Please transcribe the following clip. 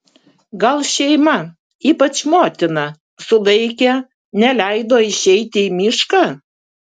gal šeima ypač motina sulaikė neleido išeiti į mišką